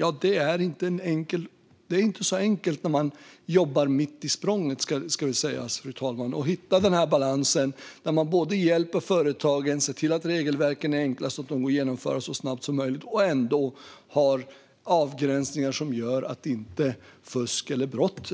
Det ska sägas att det inte är enkelt att, mitt i språnget, hitta balansen mellan att hjälpa företagen och se till att regelverken är så enkla att de går att tillämpa så snabbt som möjligt och ändå ha avgränsningar som gör att det inte kan fuskas